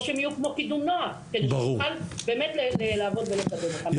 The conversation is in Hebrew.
או שהם יהיו כמו קידום נוער כדי שנוכל באמת לעבוד ולקדם אותם.